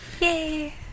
Yay